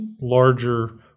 larger